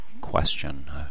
question